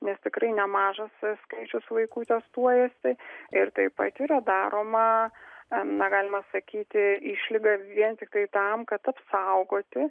nes tikrai nemažas skaičius vaikų testuojasi ir taip pat yra daroma na galima sakyti išlyga vien tiktai tam kad apsaugoti